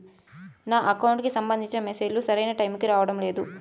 నా అకౌంట్ కి సంబంధించిన మెసేజ్ లు సరైన టైముకి రావడం లేదు